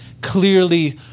clearly